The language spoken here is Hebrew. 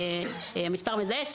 מספר מזהה,